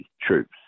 troops